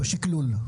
בשקלול?